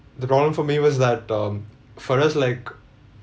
the wrong for me was that um for us like